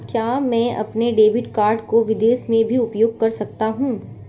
क्या मैं अपने डेबिट कार्ड को विदेश में भी उपयोग कर सकता हूं?